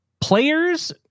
players